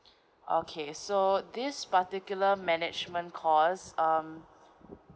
okay so this particular management course um